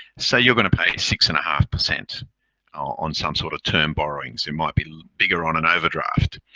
so you're going to pay six and a half percent on some sort of term borrowings. it might be bigger on an overdraft.